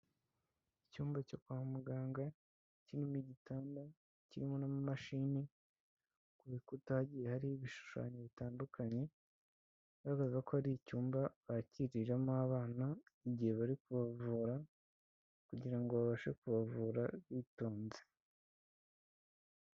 Icyumba cyo kwa muganga kirimo igitanda, kirimo n'amamashini, ku bikuta hagiye hariho ibishushanyo bitandukanye bigaragazaga ko ari icyumba bakiriramo abana igihe bari kubavura kugira ngo babashe kubavura bitonze.